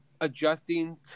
adjusting